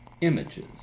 images